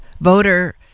voter